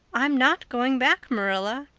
i'm not going back, marilla.